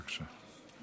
בבקשה.